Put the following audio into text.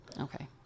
Okay